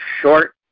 short